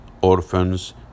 orphans